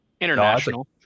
International